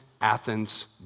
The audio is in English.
Athens